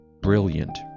brilliant